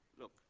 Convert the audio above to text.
Look